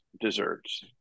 desserts